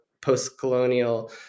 post-colonial